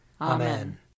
Amen